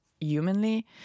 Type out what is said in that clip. humanly